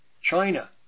China